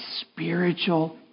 spiritual